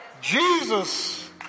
Jesus